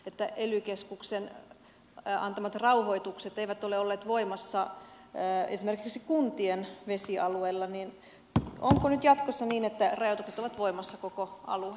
kun ely keskuksen antamat rauhoitukset eivät ole olleet voimassa esimerkiksi kuntien vesialueilla niin onko nyt jatkossa niin että rajoitukset ovat voimassa koko alueella